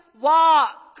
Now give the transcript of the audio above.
walk